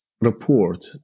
report